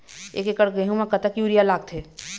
एक एकड़ गेहूं म कतक यूरिया लागथे?